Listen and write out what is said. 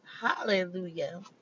Hallelujah